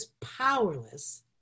powerless